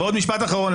ועוד משפט אחרון.